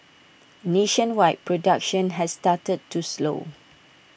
nationwide production has started to slow